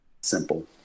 simple